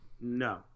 No